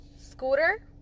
Scooter